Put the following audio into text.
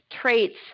traits